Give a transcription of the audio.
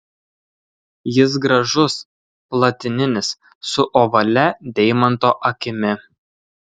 jis gražus platininis su ovalia deimanto akimi